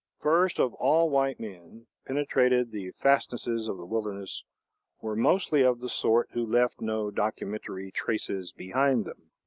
first of all white men, penetrated the fastnesses of the wilderness were mostly of the sort who left no documentary traces behind them.